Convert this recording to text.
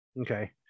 Okay